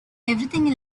everything